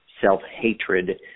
self-hatred